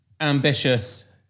ambitious